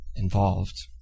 involved